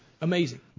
Amazing